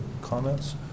comments